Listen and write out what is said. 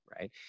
Right